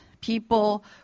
People